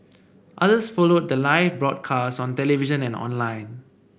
others followed the live broadcast on television and online